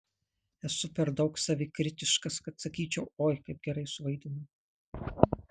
esu per daug savikritiškas kad sakyčiau oi kaip gerai suvaidinau